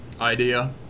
idea